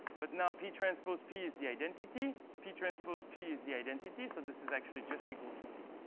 but now, p transpose p is the identity, p transpose p is the identity. so this is actually just equal to d.